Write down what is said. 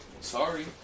Sorry